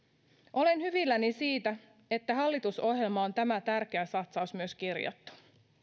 olen hyvilläni siitä että hallitusohjelmaan on tämä tärkeä satsaus myös kirjattu